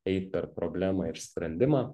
eit per problemą ir sprendimą